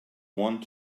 want